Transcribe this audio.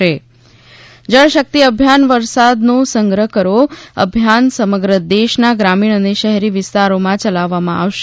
જળશક્તિ અભિયાન વરસાદનો સંગ્રહ કરો અભિયાન સમગ્ર દેશના ગ્રામીણ અને શહેરી વિસ્તારોમાં ચલાવવામાં આવશે